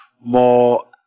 more